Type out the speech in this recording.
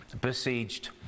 besieged